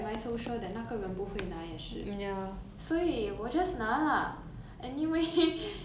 anyway it's going to is is just as detrimental to 那个 owner so it doesn't matter